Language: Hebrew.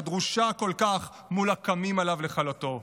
הדרושה כל כך מול הקמים עליו לכלותו.